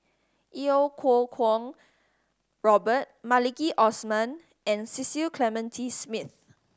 Iau Kuo Kwong Robert Maliki Osman and Cecil Clementi Smith